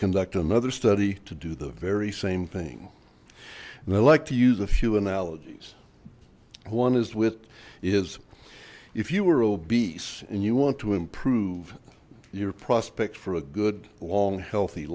conduct another study to do the very same thing and i'd like to use a few analogies one is with is if you were obese and you want to improve your prospects for a good long healthy